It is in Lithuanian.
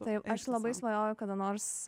taip aš labai svajoju kada nors